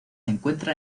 encuentra